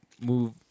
Move